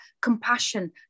compassion